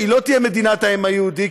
ומדינת ישראל לא תהיה מדינת העם היהודי,